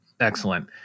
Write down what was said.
Excellent